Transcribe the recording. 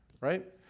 right